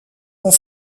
ont